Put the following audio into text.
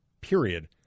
period